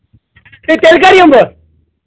تہٕ تیٚلہِ کر یِمہٕ بہٕ